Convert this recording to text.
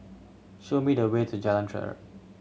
show me the way to Jalan Terap